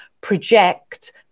project